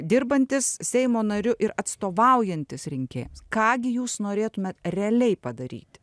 dirbantis seimo nariu ir atstovaujantis rinkėjams ką gi jūs norėtumėt realiai padaryti